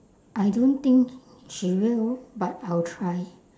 I don't think she will but I will try